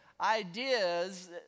ideas